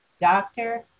doctor